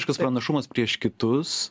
šitas pranašumas prieš kitus